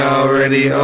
already